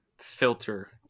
filter